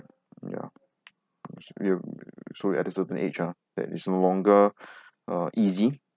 ya you so you at a certain age ah that is no longer uh easy